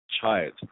child